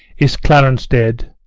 is clarence dead?